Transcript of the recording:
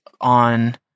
on